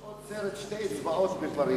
יש עוד סרט, "שתי אצבעות מפריס".